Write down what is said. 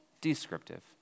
descriptive